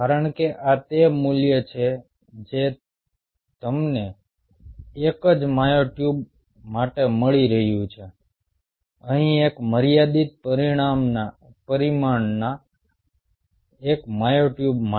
કારણ કે આ તે મૂલ્ય છે જે તમને એક જ મ્યોટ્યુબ માટે મળી રહ્યું છે અહીં એક મર્યાદિત પરિમાણના એક મ્યોટ્યુબ માટે